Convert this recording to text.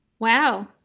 Wow